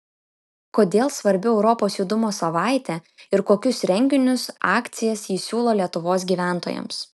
kodėl svarbi europos judumo savaitė ir kokius renginius akcijas ji siūlo lietuvos gyventojams